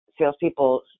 salespeople